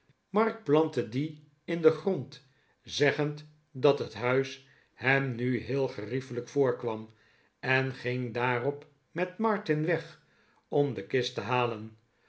mark plantte die in den grond zeggend dat het huis hem nu heel geriefelijk voorkwam en ging daarop met martin weg om de kist te halen